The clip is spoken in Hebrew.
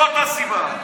זאת הסיבה.